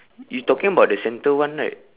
you talking about the center one right